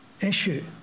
issue